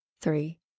three